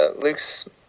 Luke's